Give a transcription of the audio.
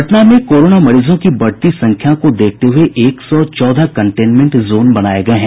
पटना में कोरोना मरीजों की बढ़ती संख्या को देखते हुये एक सौ चौदह कंटेनमेंट जोन बनाये गये है